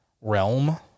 realm